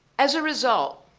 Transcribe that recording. as a result,